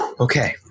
Okay